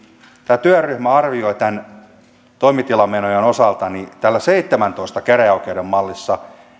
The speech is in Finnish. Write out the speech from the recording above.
tämä työryhmä arvioi näiden toimitilamenojen osalta seitsemäntoista käräjäoikeuden mallissa